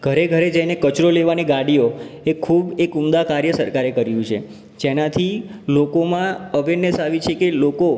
ઘરે ઘરે જઈને કચરો લેવાની ગાડીઓ એ ખૂબ એક ઉમદા કાર્ય સરકારે કર્યું છે જેનાથી લોકોમાં અવૅરનેસ આવી છે કે લોકો